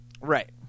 Right